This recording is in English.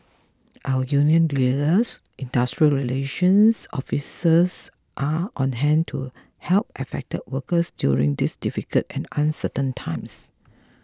our union leaders industrial relations officers are on hand to help affected workers during these difficult and uncertain times